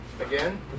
Again